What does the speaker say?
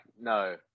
no